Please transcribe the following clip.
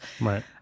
right